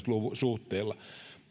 suhteella